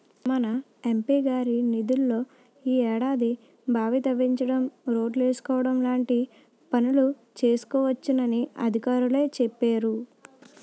మన ఎం.పి గారి నిధుల్లో ఈ ఏడాది బావి తవ్వించడం, రోడ్లేసుకోవడం లాంటి పనులు చేసుకోవచ్చునని అధికారులే చెప్పేరు